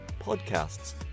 podcasts